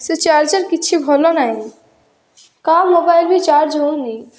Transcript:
ସେ ଚାର୍ଜର୍ କିଛି ଭଲ ନାହିଁ କାହା ମୋବାଇଲ ବି ଚାର୍ଜ ହେଉନି